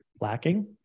lacking